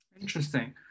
Interesting